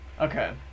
Okay